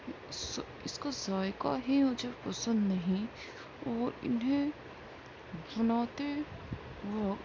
اس کا ذائقہ ہی مجھے پسند نہیں اور انہیں بناتے وقت